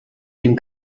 dem